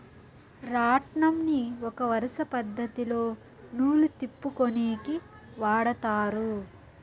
రాట్నంని ఒక వరుస పద్ధతిలో నూలు తిప్పుకొనేకి వాడతారు